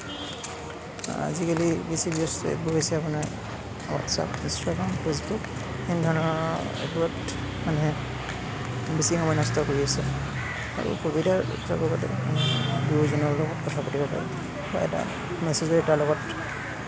আজিকালি বেছি ব্যৱহৃত এপবোৰ হৈছে আপোনাৰ হোৱাটচআপ ইনষ্টাগ্ৰাম ফেচবুক এনেধৰণৰ এইবোৰত মানে বেছি সময় নষ্ট কৰি আছোঁ আৰু সুবিধা অসুবিধাৰ লগতে আপোনাৰ প্ৰিয়জনৰ লগত কথা পাতিব পাৰি মেছেজৰ তাৰ লগত